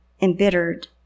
embittered